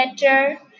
better